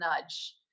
nudge